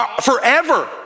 forever